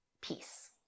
peace